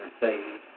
say